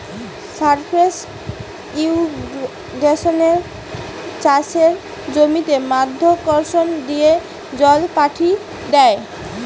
surface ইর্রিগেশনে চাষের জমিতে মাধ্যাকর্ষণ দিয়ে জল পাঠি দ্যায়